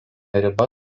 riba